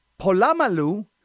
Polamalu